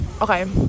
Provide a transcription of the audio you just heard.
Okay